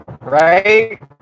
right